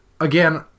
Again